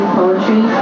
poetry